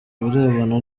birebana